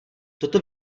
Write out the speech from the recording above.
toto